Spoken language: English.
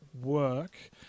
work